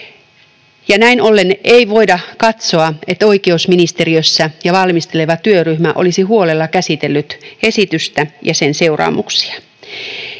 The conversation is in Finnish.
Näin ollen ei voida katsoa, että oikeusministeriössä ja valmistelevassa työryhmässä olisi huolella käsitelty esitystä ja sen seuraamuksia.